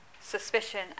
suspicion